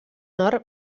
nord